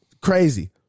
crazy